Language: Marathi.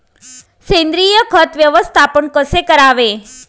सेंद्रिय खत व्यवस्थापन कसे करावे?